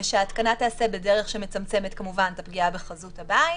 ושההתקנה תיעשה בדרך שמצמצמת כמובן את הפגיעה בחזות הבית.